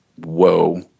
whoa